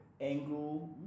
Angle